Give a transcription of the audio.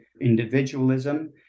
individualism